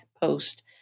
post